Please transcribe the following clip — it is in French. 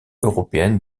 européenne